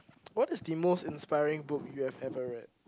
what is the most inspiring book you have ever read